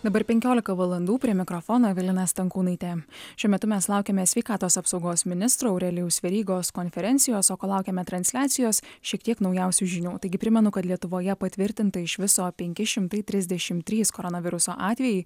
dabar penkiolika valandų prie mikrofono galina stankūnaitė šiuo metu mes laukiame sveikatos apsaugos ministro aurelijaus verygos konferencijos o kol laukiame transliacijos šiek tiek naujausių žinių taigi primenu kad lietuvoje patvirtinta iš viso penki šimtai trisdešimt trys koronaviruso atvejai